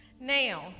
Now